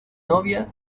novia